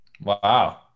Wow